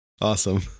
awesome